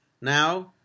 now